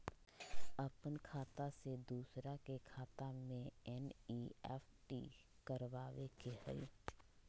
अपन खाते से दूसरा के खाता में एन.ई.एफ.टी करवावे के हई?